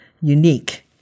unique